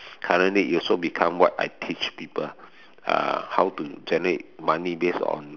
currently it also become what I teach people uh how to generate money based on